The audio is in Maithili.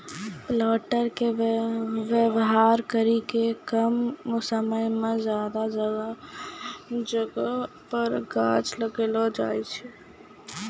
प्लांटर के वेवहार करी के कम समय मे ज्यादा जगह पर गाछ लगैलो जाय सकै छै